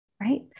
Right